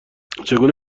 چگونه